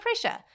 pressure